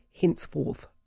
henceforth